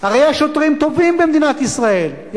הרי יש שוטרים טובים במדינת ישראל,